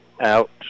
out